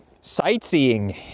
sightseeing